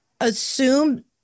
assume